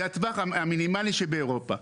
זה הטווח המינימלי שבאירופה,